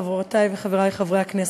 חברותי וחברי חברי הכנסת,